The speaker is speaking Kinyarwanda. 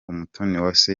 umutoniwase